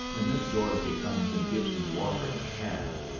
when miss dorothy comes and gives me water in a pan,